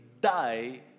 die